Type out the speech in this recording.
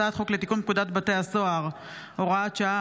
הצעת חוק לתיקון פקודת בתי הסוהר (הוראת שעה),